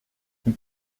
n’ai